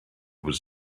was